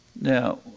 Now